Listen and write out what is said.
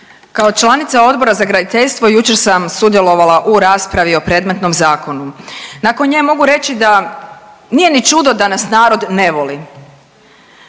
Kao članica Odbora za graditeljstvo jučer sam sudjelovala u raspravi o predmetnom zakonu. Nakon nje mogu reći da nije ni čudo da nas narod ne voli.